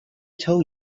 tell